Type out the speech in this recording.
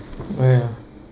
oh ya